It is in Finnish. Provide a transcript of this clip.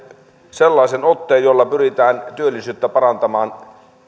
sellaisen otteen jolla pyritään työllisyyttä parantamaan